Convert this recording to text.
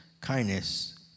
kindness